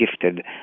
gifted